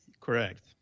Correct